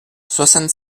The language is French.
soixante